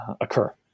occur